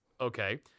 okay